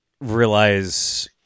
realize